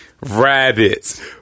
Rabbits